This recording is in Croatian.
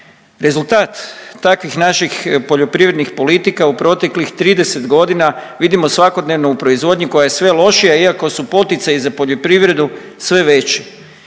Rezultat takvih naših poljoprivrednih politika u proteklih 30.g. vidimo svakodnevno u proizvodnji koja je sve lošija iako su poticaji za poljoprivredu sve veći.